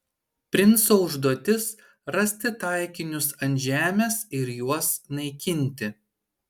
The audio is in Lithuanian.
princo užduotis rasti taikinius ant žemės ir juos naikinti